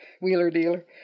wheeler-dealer